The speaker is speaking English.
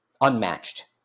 unmatched